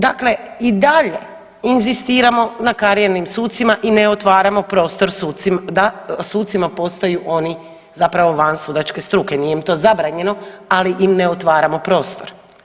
Dakle, i dalje inzistiramo na karijernim sucima i ne otvaramo prostor sucima, da sucima postaju oni zapravo van sudačke struke, nije im to zabranjeno ali im ne otvaramo prostor.